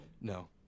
No